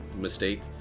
mistake